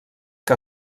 que